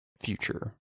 future